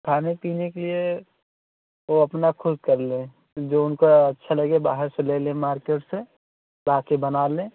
खाने पीने के लिए वह अपना ख़ुद कर लें जो उनको अच्छा लगे बाहर से ले लें मार्केट से ला कर बना लें